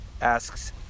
asks